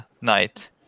night